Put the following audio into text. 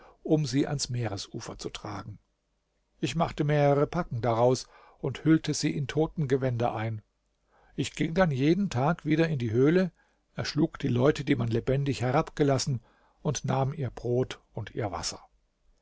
um sie ans meeresufer zu tragen ich machte mehrere packen daraus und hüllte sie in totengewänder ein ich ging dann jeden tag wieder in die höhle erschlug die leute die man lebendig herabgelassen und nahm ihr brot und ihr wasser